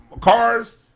cars